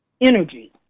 energy